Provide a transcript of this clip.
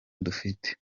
dufite